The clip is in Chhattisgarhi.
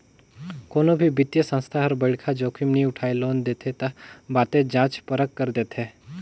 कोनो भी बित्तीय संस्था हर बड़खा जोखिम नी उठाय लोन देथे ता बतेच जांच परख कर देथे